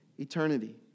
Eternity